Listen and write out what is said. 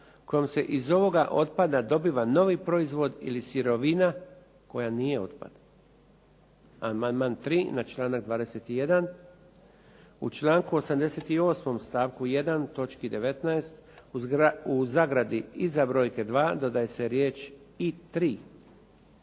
kojom se iz ovoga otpada dobiva novi proizvod ili sirovina koja nije otpad. Amandman 3. na članak 21., u članku 88. stavku 1., točki 19, u zagradi (iza brojke dva dodaje se riječ "i